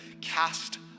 cast